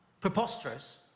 preposterous